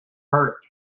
hurt